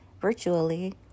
virtually